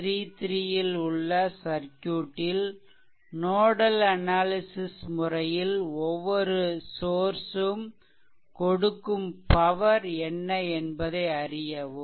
33 ல் உள்ள சர்க்யூட்டில் நோடல் அனாலிசிஷ் முறையில் ஒவ்வொரு சோர்ஷ் ம் கொடுக்கும் பவர் என்ன என்பதை அறியவும்